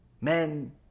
men